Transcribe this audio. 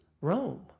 rome